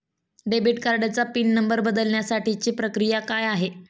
Debit कार्डचा pin number बदलण्यासाठीची प्रक्रिया काय आहे?